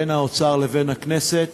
בין האוצר לבין הכנסת,